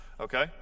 okay